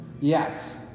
Yes